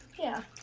yeah.